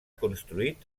construït